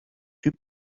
typ